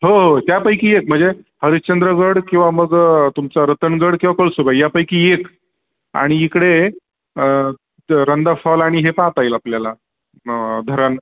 हो त्यांपैकी एक म्हणजे हरिश्चंद्रगड किंवा मग तुमचा रतनगड किंवा कळसूबाई यांपैकी एक आणि इकडे त रंधा फॉल आणि हे पाहता येईल आपल्याला धरण